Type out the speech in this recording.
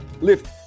lift